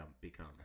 become